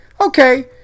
Okay